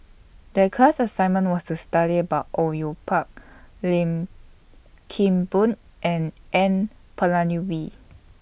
The class assignment was to study about Au Yue Pak Lim Kim Boon and N Palanivelu